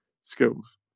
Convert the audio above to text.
skills